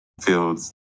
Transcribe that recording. fields